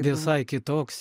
visai kitoks